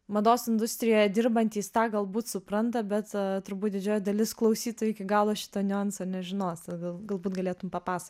mados industrijoje dirbantys tą galbūt supranta bet turbūt didžioji dalis klausytojų iki galo šito niuanso nežinos todėl galbūt galėtum papasakoti